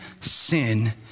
sin